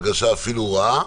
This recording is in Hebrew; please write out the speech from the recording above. הרגשה אפילו רעה.